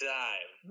time